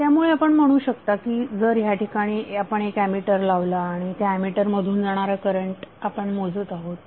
त्यामुळे आपण म्हणू शकता की जर या ठिकाणी आपण एक ऍमीटर लावला आणि त्या ऍमीटर मधून जाणारा करंट आपण मोजत आहात